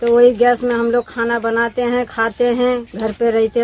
तो वही गैस से हम लोग खाना बनाते हैं खाते हैं घर पर रहते हैं